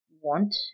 want